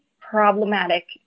problematic